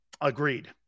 Agreed